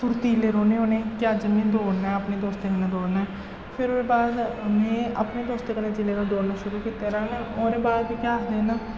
फुर्तीले रौह्न्ने होन्ने कि अज्ज में दौड़ना ऐ अपने दोस्तें कन्नै दौड़ना ऐ फिर ओह्दे बाद में अपने दोस्तें कन्नै जिल्लै में दौड़ना शुरू कीते दा ऐ ना ओह्दे बाद केह् आखदे न